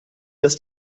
dass